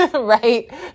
right